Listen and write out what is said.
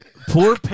Poor